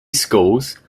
schools